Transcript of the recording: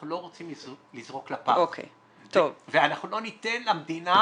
לא רוצים לזרוק לפח ואנחנו לא ניתן למדינה